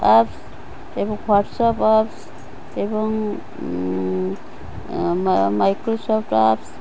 apps ଏବଂ WhatsApp apps ଏବଂ Microsoft apps